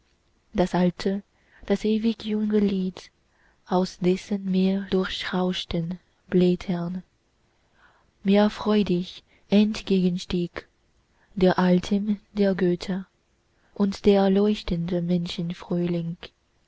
das alte das ewig junge lied aus dessen meerdurchrauschten blättern mir freudig entgegenstieg der atem der götter und der leuchtende